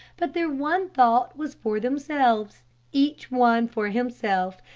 but their one thought was for themselves each one for himself,